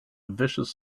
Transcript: vicious